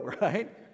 Right